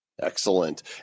Excellent